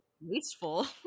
wasteful